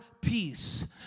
peace